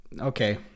okay